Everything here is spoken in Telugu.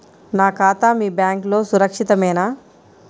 నా ఖాతా మీ బ్యాంక్లో సురక్షితమేనా?